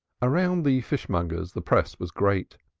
around the fishmongers the press was great.